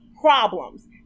problems